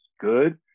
good